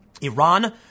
Iran